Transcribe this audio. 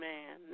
Man